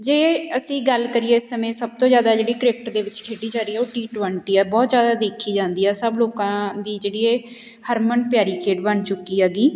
ਜੇ ਅਸੀਂ ਗੱਲ ਕਰੀਏ ਇਸ ਸਮੇਂ ਸਭ ਤੋਂ ਜ਼ਿਆਦਾ ਜਿਹੜੀ ਕ੍ਰਿਕਟ ਦੇ ਵਿੱਚ ਖੇਡੀ ਜਾ ਰਹੀ ਆ ਉਹ ਟੀ ਟਵੈਂਟੀ ਆ ਬਹੁਤ ਜ਼ਿਆਦਾ ਦੇਖੀ ਜਾਂਦੀ ਆ ਸਭ ਲੋਕਾਂ ਦੀ ਜਿਹੜੀ ਹੈ ਹਰਮਨ ਪਿਆਰੀ ਖੇਡ ਬਣ ਚੁੱਕੀ ਹੈਗੀ